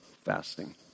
fasting